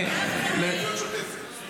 לא צריך.